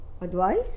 Advice